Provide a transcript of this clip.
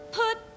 put